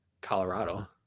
Colorado